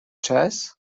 chess